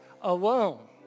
alone